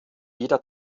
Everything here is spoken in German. jeder